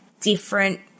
different